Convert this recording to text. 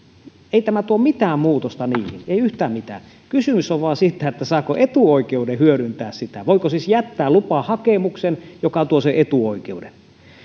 ei tämä tuo mitään muutosta niihin ei yhtään mitään kysymys on vain siitä saako etuoikeuden hyödyntää sitä voiko siis jättää lupahakemuksen joka tuo sen etuoikeuden